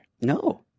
No